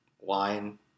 wine